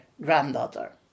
granddaughter